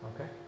Okay